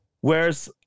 whereas